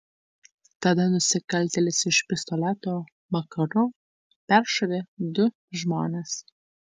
tada nusikaltėlis iš pistoleto makarov peršovė du žmones